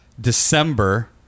December